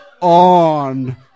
on